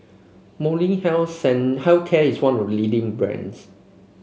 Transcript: Molnylcke Health Care is one of the leading brands